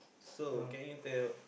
so can you tell